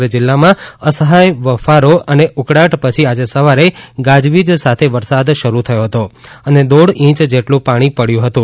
સમગ્ર જિલ્લામાં અસહ્ય બફારો અને ઉકળાટ પછી આજે સવારે ગાજવીજ સાથે વરસાદ શરૂ થયો હતો અને દોઢ છેંચ જેટલું પાણી પડ્યું હતું